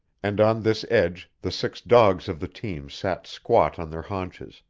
and on this edge the six dogs of the team sat squat on their haunches,